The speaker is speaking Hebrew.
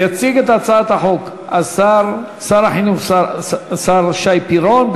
יציג את הצעת החוק שר החינוך שי פירון,